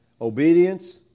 obedience